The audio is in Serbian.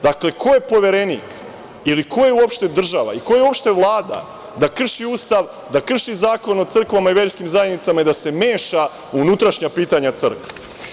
Dakle, ko je poverenik, ili ko je uopšte država, i ko je uopšte Vlada da krši Ustav, da krši Zakon o crkvama i verskim zajednicama i da se meša u unutrašnja pitanja crkve?